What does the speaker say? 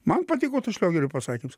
man patiko tas šliogerio pasakymas